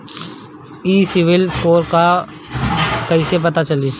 ई CIBIL score का बा कइसे पता चली?